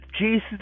Jesus